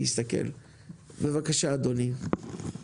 בבקשה אדוני.